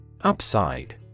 Upside